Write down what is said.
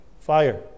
fire